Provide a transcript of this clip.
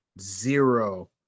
Zero